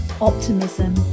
optimism